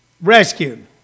Rescued